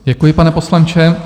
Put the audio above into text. Děkuji, pane poslanče.